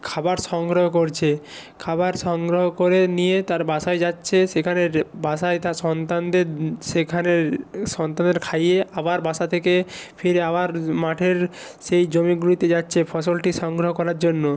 খাবার সংগ্রহ করছে খাবার সংগ্রহ করে নিয়ে তার বাসায় যাচ্ছে সেখানের বাসায় তার সন্তানদের সেখানে সন্তানদের খাইয়ে আবার বাসা থেকে ফিরে আবার মাঠের সেই জমিগুলিতে যাচ্ছে ফসলটি সংগ্রহ করার জন্য